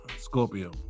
Scorpio